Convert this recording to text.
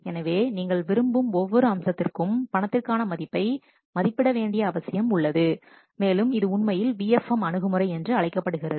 எனவே நீங்கள் விரும்பும் ஒவ்வொரு அம்சத்திற்கும் பணத்திற்கான மதிப்பை மதிப்பிட வேண்டிய அவசியம் உள்ளது மேலும் இது உண்மையில் VFM அணுகுமுறை என்று அழைக்கப்படுகிறது